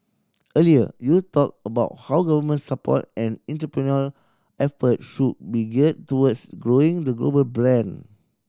earlier you talked about how government support and entrepreneurial effort should be geared towards growing the global brand